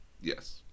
Yes